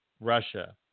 Russia